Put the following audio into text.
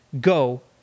go